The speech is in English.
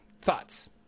Thoughts